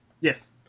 yes